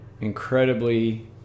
incredibly